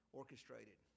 orchestrated